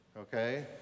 okay